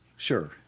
Sure